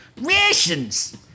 rations